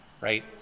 right